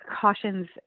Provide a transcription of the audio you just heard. cautions